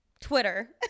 Twitter